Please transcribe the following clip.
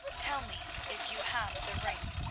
tell me if you have the ring?